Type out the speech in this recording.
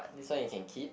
this one you can keep